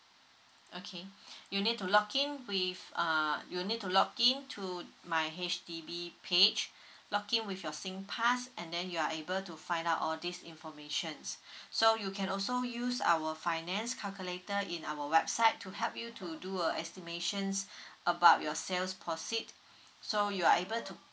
okay you need to log in with err you need to log in to my H_D_B page log in with your singpass and then you are able to find out all this information so you can also use our finance calculator in our website to help you to do an estimation about your sales proceed so you are able to